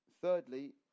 Thirdly